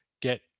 get